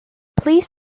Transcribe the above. please